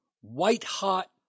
white-hot